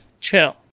Chill